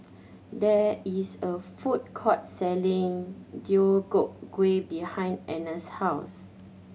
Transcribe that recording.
there is a food court selling Deodeok Gui behind Anna's house